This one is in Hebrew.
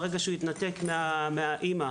מרגע בו התנתק מאמו,